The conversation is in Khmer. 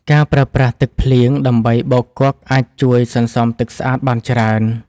ការប្រើប្រាស់ទឹកភ្លៀងដើម្បីបោកគក់អាចជួយសន្សំទឹកស្អាតបានច្រើន។